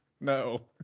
No